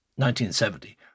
1970